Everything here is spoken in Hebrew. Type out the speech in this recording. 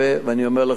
ואני אומר לך,